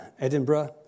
Edinburgh